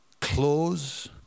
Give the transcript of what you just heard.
Close